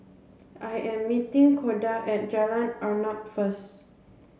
I am meeting Koda at Jalan Arnap first